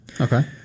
Okay